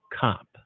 cop